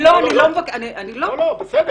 בכבוד.